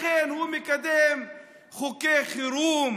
לכן הוא מקדם חוקי חירום: